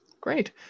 Great